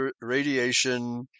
radiation